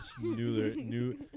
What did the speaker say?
new